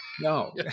No